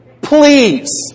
Please